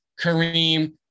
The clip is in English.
Kareem